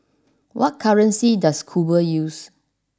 what currency does Cuba use